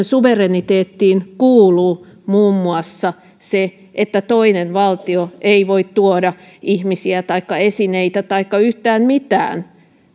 suvereniteettiin kuuluu muun muassa se että toinen valtio ei voi tuoda ihmisiä taikka esineitä taikka yhtään mitään